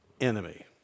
enemy